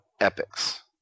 epics